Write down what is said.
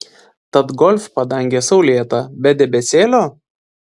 tad golf padangė saulėta be debesėlio